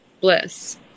bliss